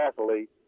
athlete